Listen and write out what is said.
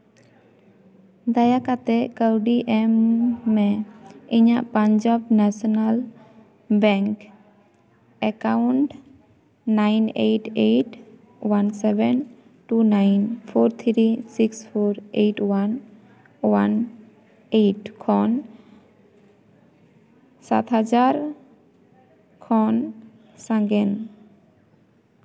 ᱫᱟᱭᱟ ᱠᱟᱛᱮᱫ ᱠᱟᱹᱣᱰᱤ ᱮᱢ ᱢᱮ ᱤᱧᱟᱹᱜ Punjab national bank account nine eight eight one seven two nine four three six four eight one one eight ᱠᱷᱚᱱ ᱥᱟᱛ ᱦᱟᱡᱟᱨ ᱠᱷᱚᱱ ᱥᱟᱸᱜᱮᱱ